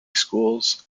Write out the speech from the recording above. schools